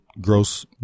gross